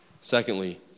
Secondly